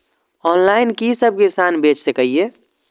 Online कि सब किसान बैच सके ये?